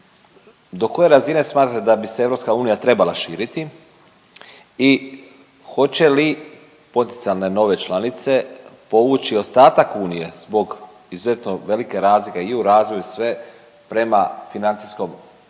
do koje razine smatrate da bi se EU trebala širiti i hoće li potencijalne nove članice povući ostatak Unije zbog izuzetno velike razlike i u razvoju i sve, prema financijskom dnu